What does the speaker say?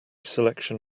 selection